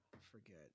forget